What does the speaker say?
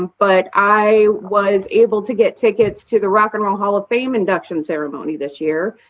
but i was able to get tickets to the rock and roll hall of fame induction ceremony this year,